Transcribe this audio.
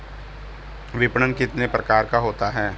विपणन कितने प्रकार का होता है?